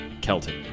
Kelton